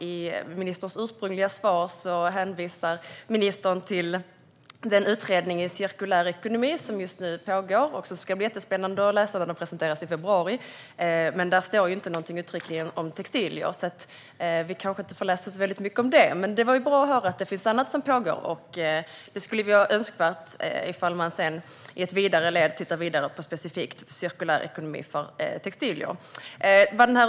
I ministerns ursprungliga svar hänvisar hon till den utredning om cirkulär ekonomi som just nu pågår och som ska bli jättespännande att läsa när den presenteras i februari. Där står inte uttryckligen något om textilier, så vi kanske inte får läsa så mycket om det. Men det var bra att höra att det pågår annat, och det skulle vara önskvärt att man sedan i nästa steg tittade vidare specifikt på cirkulär ekonomi för textilier.